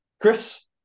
Chris